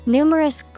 Numerous